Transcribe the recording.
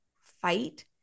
fight